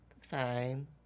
Fine